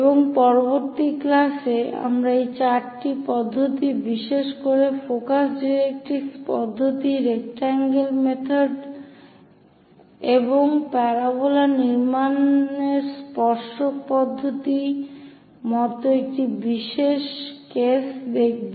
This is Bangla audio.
এবং পরবর্তী ক্লাসে আমরা এই চারটি পদ্ধতি বিশেষ করে ফোকাস ডাইরেক্ট্রিক্স পদ্ধতি রেকট্যাংগল মেথড এবং প্যারাবোলা নির্মাণের স্পর্শক পদ্ধতির মতো একটি বিশেষ কেস দেখব